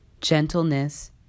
gentleness